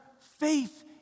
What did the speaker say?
faith